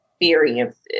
experiences